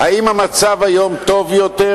האם המצב היום טוב יותר?